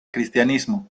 cristianismo